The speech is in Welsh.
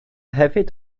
hefyd